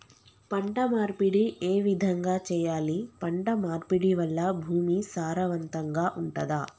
పంట మార్పిడి ఏ విధంగా చెయ్యాలి? పంట మార్పిడి వల్ల భూమి సారవంతంగా ఉంటదా?